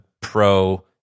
Pro